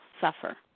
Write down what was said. suffer